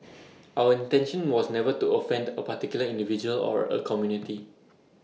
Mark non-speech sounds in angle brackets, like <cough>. <noise> our intention was never to offend A particular individual or A community